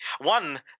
One